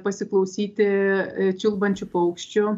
pasiklausyti čiulbančių paukščių